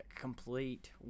complete